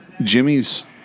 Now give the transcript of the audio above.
Jimmy's